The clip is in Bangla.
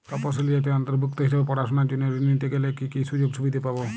তফসিলি জাতির অন্তর্ভুক্ত হিসাবে পড়াশুনার জন্য ঋণ নিতে গেলে কী কী সুযোগ সুবিধে পাব?